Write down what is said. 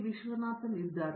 ವಿಶ್ವನಾಥನ್ ಇದ್ದಾರೆ